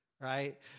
right